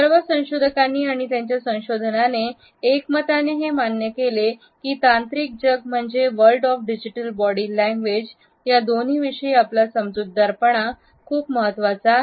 सर्व संशोधकांनी आणि त्यांच्या संशोधनाने एक मताने हे मान्य केले तांत्रिक जग म्हणजे वर्ल्ड आणि डिजिटल बॉडी लैंग्वेज या दोन्ही विषयी आपला समजूतदारपणा खूप महत्त्वाचा आहे